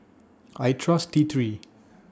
I Trust T three